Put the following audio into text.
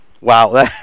Wow